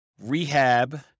rehab